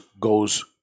goes